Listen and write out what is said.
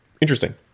interesting